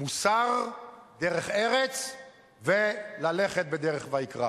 מוסר, דרך ארץ, וללכת בדרך ויקרא.